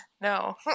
no